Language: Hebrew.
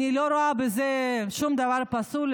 אני לא רואה בזה שום דבר פסול.